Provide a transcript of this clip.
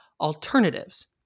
alternatives